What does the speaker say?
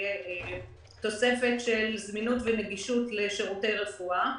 ותוספת של זמינות ונגישות לשירותי רפואה.